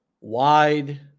Wide